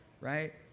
right